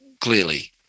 clearly